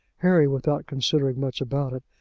harry, without considering much about it,